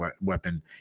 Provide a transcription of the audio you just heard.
weapon